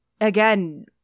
again